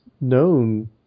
known